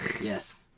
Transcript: Yes